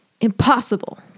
Impossible